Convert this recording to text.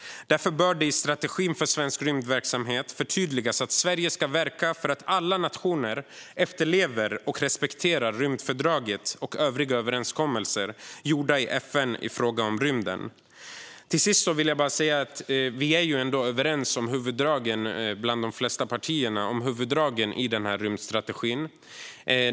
Därför bör det i strategin för svensk rymdverksamhet förtydligas att Sverige ska verka för att alla nationer efterlever och respekterar rymdfördraget och övriga överenskommelser gjorda i FN i fråga om rymden. Till sist vill jag säga att vi ändå i de flesta partier är överens om huvuddragen i rymdstrategin.